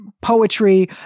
poetry